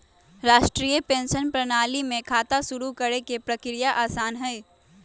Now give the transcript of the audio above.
राष्ट्रीय पेंशन प्रणाली में खाता शुरू करे के प्रक्रिया आसान हई